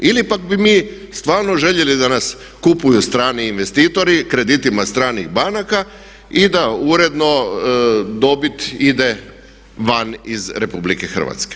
Ili pak bi mi stvarno željeli da nas kupuju strani investitori kreditima stranih banaka i da uredno dobit ide van iz RH?